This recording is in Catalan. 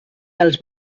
els